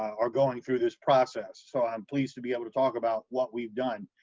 are going through this process, so i'm pleased to be able to talk about what we've done.